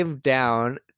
down